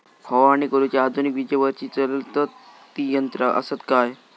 फवारणी करुची आधुनिक विजेवरती चलतत ती यंत्रा आसत काय?